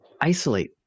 isolate